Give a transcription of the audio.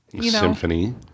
Symphony